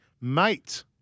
mate